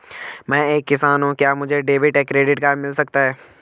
मैं एक किसान हूँ क्या मुझे डेबिट या क्रेडिट कार्ड मिल सकता है?